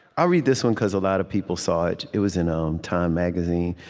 i'll read this one, because a lot of people saw it. it was in um time magazine.